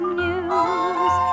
news